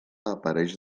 apareix